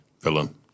Villain